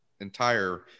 entire